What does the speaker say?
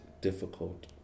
difficult